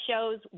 shows